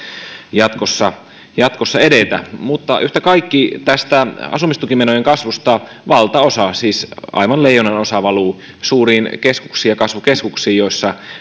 jatkossa jatkossa edetä mutta yhtä kaikki tästä asumistukimenojen kasvusta valtaosa siis aivan leijonanosa valuu suuriin keskuksiin ja kasvukeskuksiin joissa